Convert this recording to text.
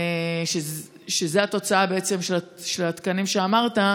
שזו בעצם התוצאה של התקנים שאמרת,